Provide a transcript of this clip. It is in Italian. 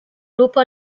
lupo